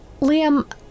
Liam